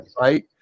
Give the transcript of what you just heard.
right